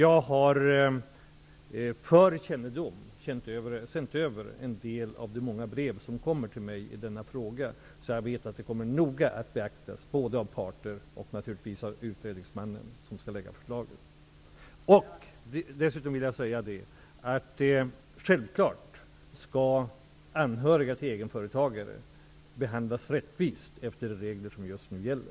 Jag har för kännedom sänt över en del av de många brev som kommer till mig i denna fråga, så jag vet att den kommer att noga beaktas både av parterna och naturligtvis av utredningsmannen, som skall lägga fram förslaget. Dessutom vill jag säga att anhöriga till egenföretagare självfallet skall behandlas rättvist, efter de regler som just nu gäller.